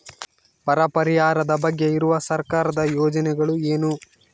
ಬರ ಪರಿಹಾರದ ಬಗ್ಗೆ ಇರುವ ಸರ್ಕಾರದ ಯೋಜನೆಗಳು ಏನು?